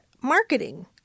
marketing